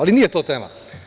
Ali, nije to tema.